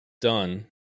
done